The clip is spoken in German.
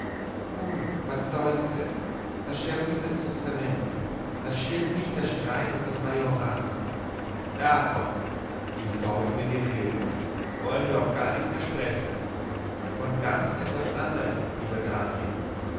nun was soll's denn was schiert mich das testament was schiert mich der streit um das majorat davon fiel ihm v in die rede wollen wir auch gar nicht mehr sprechen von ganz etwas anderm lieber daniel